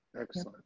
excellent